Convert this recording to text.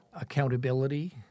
accountability